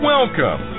Welcome